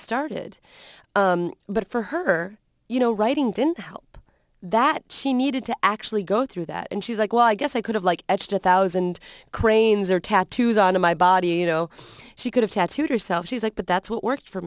started but for her you know writing didn't help that she needed to actually go through that and she's like well i guess i could have like edged a thousand cranes or tattoos on my body you know she could have tattooed herself she's like but that's what worked for